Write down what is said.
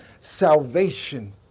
salvation